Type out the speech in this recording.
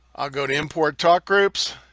i'll go to import talk groups,